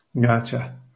Gotcha